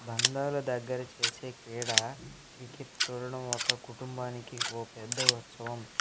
బంధాలు దగ్గర చేసే క్రీడా క్రికెట్ చూడడం ఒక కుటుంబానికి ఓ పెద్ద ఉత్సవం